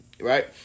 Right